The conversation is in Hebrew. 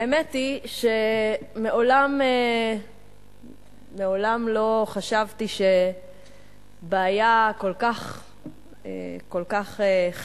האמת היא שמעולם לא חשבתי שבעיה כל כך חברתית